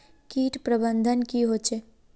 किट प्रबन्धन की होचे?